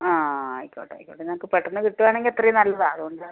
ആ ആ ആയിക്കോട്ടെ ആയിക്കോട്ടെ ഞങ്ങൾക്ക് പെട്ടെന്ന് കിട്ടുവാണെങ്കിൽ അത്രയും നല്ലതാണ് അതുകൊണ്ടാണ്